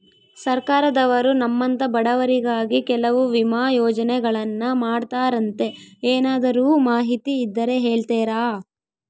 ಸರ್ಕಾರದವರು ನಮ್ಮಂಥ ಬಡವರಿಗಾಗಿ ಕೆಲವು ವಿಮಾ ಯೋಜನೆಗಳನ್ನ ಮಾಡ್ತಾರಂತೆ ಏನಾದರೂ ಮಾಹಿತಿ ಇದ್ದರೆ ಹೇಳ್ತೇರಾ?